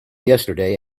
yesterday